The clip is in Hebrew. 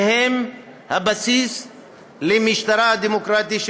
שהן הבסיס למשטרה הדמוקרטי: